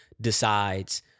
decides